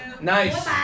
Nice